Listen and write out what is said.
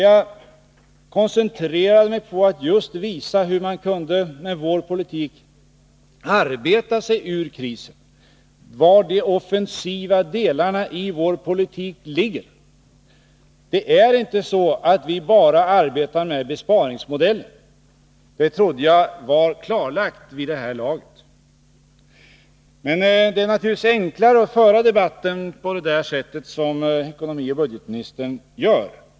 Jag koncentrerade mig där på att just visa hur man med vår politik kunde arbeta sig ur krisen, var de offensiva delarna i vår politik ligger. Det är inte så att vi bara arbetar med besparingsmodeller. Det trodde jag var klarlagt vid det här laget. Men det är naturligtvis enklare att föra debatten på det sätt som ekonomioch budgetministern gör.